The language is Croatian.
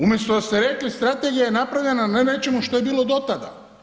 Umjesto da ste rekli strategija je napravljena na nečemu što je bilo dotada.